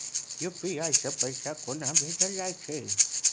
UPI सँ पैसा कोना भेजल जाइत छै?